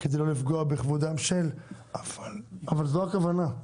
אבל זו הכוונה.